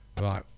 right